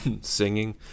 singing